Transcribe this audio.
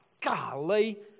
golly